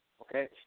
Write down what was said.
Okay